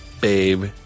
Babe